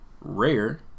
rare